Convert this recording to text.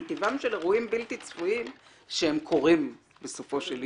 כי טבעם של אירועים בלתי צפויים הוא שהם קורים בסופו של יום.